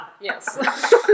Yes